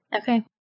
Okay